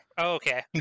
okay